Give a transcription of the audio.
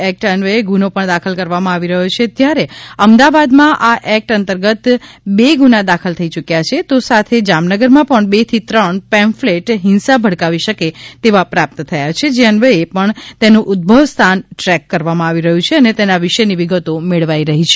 act અન્વયે ગુનો પણ દાખલ કરવામાં આવી રહ્યો છે ત્યારે અમદાવાદમાં આ એક્ટ અંતર્ગત બે ગુના દાખલ થઇ યુક્યા છે તો સાથે જામનગરમાં પણ બે થી ત્રણ પેમ્ફ્લેટ હિંસા ભડકાવી શકે તેવા પ્રાપ્ત થયા છે જે અન્વયે પણ તેનું ઉદભવ સ્થાન દ્રેક કરવામાં આવી રહ્યું છે અને તેના વિશેની વિગતો મેળવાઇ રહી છે